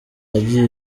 yagiye